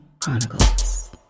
Chronicles